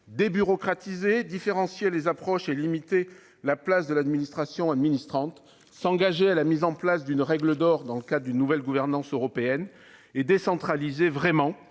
débureaucratiser et différencier les approches, et limiter la place de l'administration administrante ; s'engager à mettre en place une règle d'or, dans le cadre d'une nouvelle gouvernance européenne ; décentraliser vraiment.